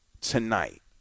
tonight